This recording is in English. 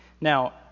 Now